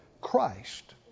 Christ